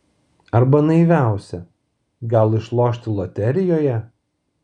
arba naiviausia gal išlošti loterijoje